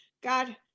God